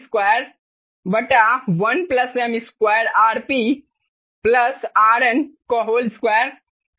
इसलिए बहुत सारी चीजें रद्द हो जाएंगी और आखिरकार हमारे पास जो भी होगा वह m से विभाजित 1 M2 α2 2 होगा